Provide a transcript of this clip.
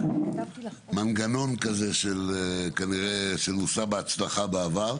זה מנגנון שכנראה נוסה בהצלחה בעבר.